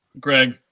Greg